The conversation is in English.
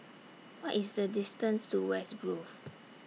What IS The distance to West Grove